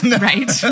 Right